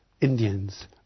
Indians